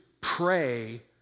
pray